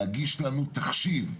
לגבי הסעיף שבמחלוקת,